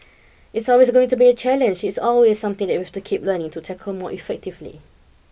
it's always going to be a challenge it's always something that we have to keep learning to tackle more effectively